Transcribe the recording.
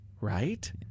right